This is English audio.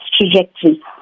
trajectory